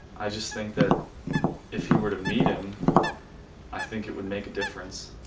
i just think that if he were to meet him i think it would make a difference